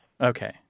Okay